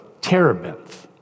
terebinth